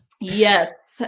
Yes